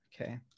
Okay